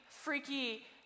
Freaky